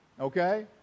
okay